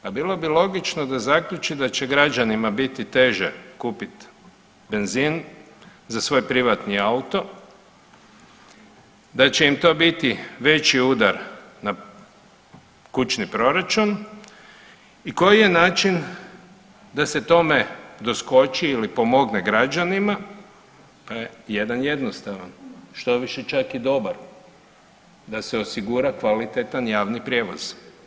Pa bilo bi logično da zaključi da će građanima biti teže kupit benzin za svoj privatni auto, da će im to biti veći udar na kućni proračun i koji je način da se tome doskoči ili pomogne građanima, pa jedan jednostavan štoviše čak i dobar, da se osigura kvalitetan javni prijevoz.